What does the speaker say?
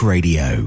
Radio